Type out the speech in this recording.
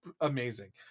amazing